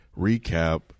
recap